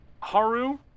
haru